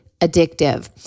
addictive